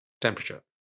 temperature